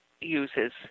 uses